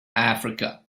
africa